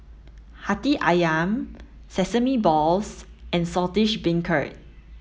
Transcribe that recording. Hati Ayam sesame balls and Saltish Beancurd